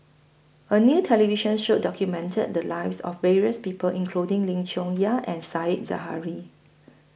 A New television Show documented The Lives of various People including Lim Chong Yah and Said Zahari